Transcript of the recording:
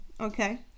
Okay